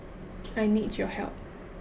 I need your help